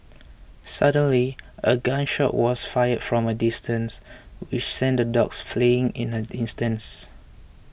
suddenly a gun shot was fired from a distance which sent the dogs fleeing in an instant